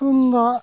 ᱛᱩᱢᱫᱟᱹᱜ